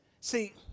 See